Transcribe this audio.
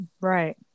Right